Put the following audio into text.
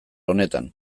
honetan